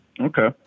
Okay